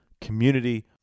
community